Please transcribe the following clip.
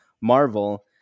Marvel